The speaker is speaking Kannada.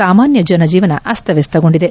ಸಾಮಾನ್ತ ಜನಜೀವನ ಅಸ್ತವಸ್ತಗೊಂಡಿದೆ